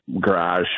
garage